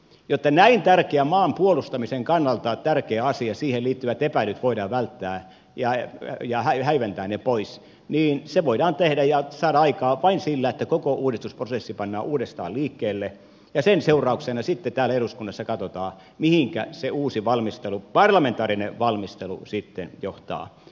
jotta näin tärkeään maan puolustamisen kannalta tärkeään asiaan liittyvät epäilyt voidaan välttää ja hälventää ne pois niin se voidaan tehdä ja saada aikaan vain sillä että koko uudistusprosessi pannaan uudestaan liikkeelle ja sen seurauksena sitten täällä eduskunnassa katsotaan mihinkä se uusi valmistelu parlamentaarinen valmistelu sitten johtaa